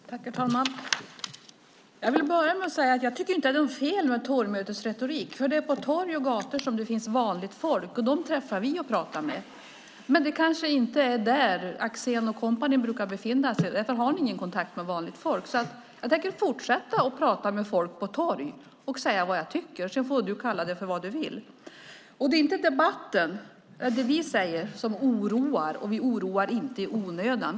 Herr talman! Jag vill börja med att säga att jag inte tycker att det är något fel med torgmötesretorik. Det är på torg och gator som det finns vanligt folk. Dem träffar vi och pratar med. Men det kanske inte är där som Axén och kompani brukar befinna sig och därför har ni ingen kontakt med vanligt folk. Jag tänker fortsätta att prata med folk på torg och säga vad jag tycker. Sedan får du kalla det för vad du vill. Det är inte debatten och det vi säger som oroar och vi oroar inte i onödan.